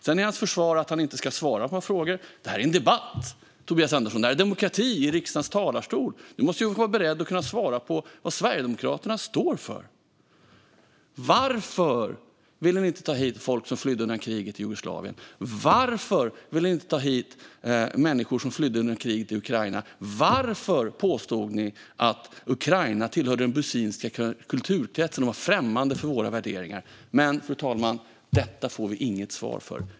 Sedan är hans försvar att han inte ska svara på några frågor. Detta är en debatt, Tobias Anderson. Detta är demokrati i riksdagens talarstol. Han måste vara beredd att kunna svara på vad Sverigedemokraterna står för. Varför ville han inte ta hit folk som flydde undan kriget i Jugoslavien? Varför ville han inte ta hit människor som flydde undan kriget i Ukraina? Varför påstod ni att Ukraina tillhörde den bysantiska kulturkretsen och var främmande för våra värderingar? Men, fru talman, detta får vi inget svar på.